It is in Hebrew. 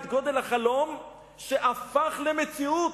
את גודל החלום שהפך למציאות,